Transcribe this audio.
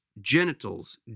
genitals